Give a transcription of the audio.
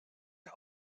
der